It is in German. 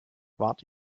wart